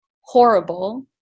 horrible